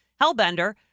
Hellbender